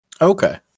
Okay